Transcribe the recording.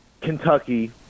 Kentucky